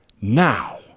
now